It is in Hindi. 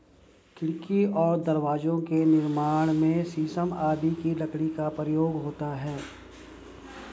खिड़की और दरवाजे के निर्माण में शीशम आदि की लकड़ी का प्रयोग होता है